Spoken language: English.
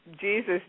Jesus